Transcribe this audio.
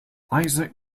isaac